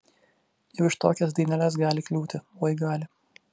ir už tokias daineles gali kliūti oi gali